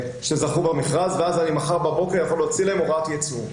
שזכו במכרז ואז אני מחר בבוקר יכול להוציא להם הוראת ייצור.